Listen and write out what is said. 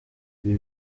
ibi